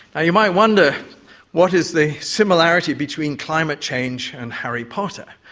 you might wonder what is the similarity between climate change and harry potter.